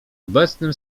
obecnym